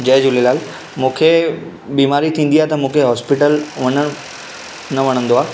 जय झूलेलाल मूंखे बीमारी थींदी आहे त मूंखे हॉस्पिटल वञणु न वणंदो आहे